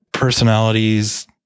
personalities